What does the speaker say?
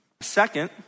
Second